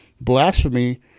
blasphemy